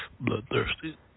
Bloodthirsty